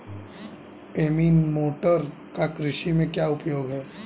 Anemometer का कृषि में क्या उपयोग है?